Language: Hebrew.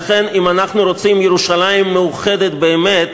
לכן, אם אנחנו רוצים ירושלים מאוחדת באמת,